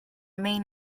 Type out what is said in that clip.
main